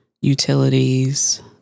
utilities